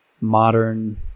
modern